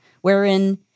wherein